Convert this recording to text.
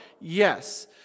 Yes